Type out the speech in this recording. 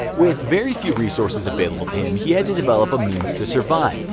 with very few resources available to him, he had to develop a means to survive.